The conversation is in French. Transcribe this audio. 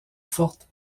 forte